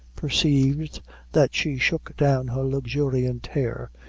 perceived that she shook down her luxuriant hair,